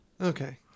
Okay